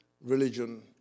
religion